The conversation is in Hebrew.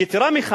יתירה מזו,